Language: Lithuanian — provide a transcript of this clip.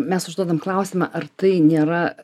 mes užduodam klausimą ar tai nėra